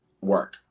work